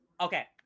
okay